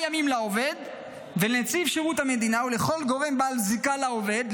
ימים לעובד ולנציב שירות המדינה ולכל גורם בעל זיקה לעובד,